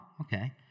okay